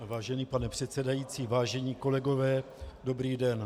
Vážený pane předsedající, vážení kolegové, dobrý den.